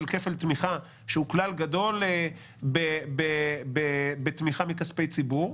כפל תמיכה שהוא כלל גדול בתמיכה מכספי ציבור,